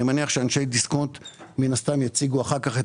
אני מניח שאנשי דיסקונט מן הסתם יציגו אחר כך את